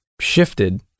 shifted